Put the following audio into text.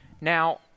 Now –